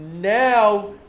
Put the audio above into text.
Now